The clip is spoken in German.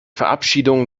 verabschiedung